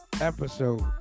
episode